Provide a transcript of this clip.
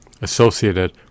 associated